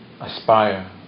aspire